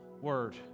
word